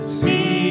see